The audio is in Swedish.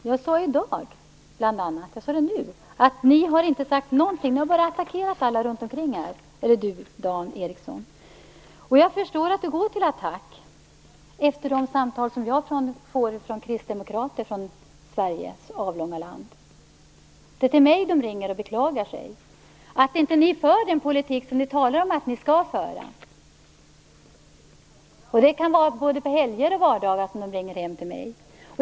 Fru talman! Jag sade i dag, jag sade det nu, att ni inte har sagt någonting. Dan Ericsson har bara attackerat alla runt omkring. Jag förstår att han går till attack, efter de samtal som jag får från kristdemokrater i Sveriges avlånga land. Det är till mig de ringer och beklagar sig över att ni inte för den politik som ni talar om att ni skall föra. Det kan vara både på helger och vardagar som de ringer hem till mig.